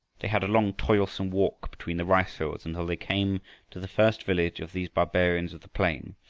they had a long toilsome walk between the ricefields until they came to the first village of these barbarians of the plain.